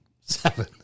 Seven